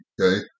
Okay